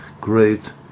great